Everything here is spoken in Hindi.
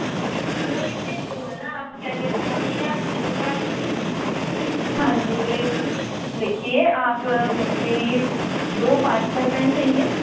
हाँ जी तो ये लिखिए आप मुझे ये दो पार्कर पेन चहिए